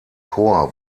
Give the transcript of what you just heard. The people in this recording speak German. chor